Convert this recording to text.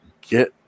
get